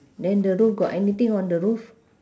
then the roof got anything on the roof